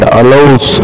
allows